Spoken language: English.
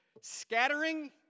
Scattering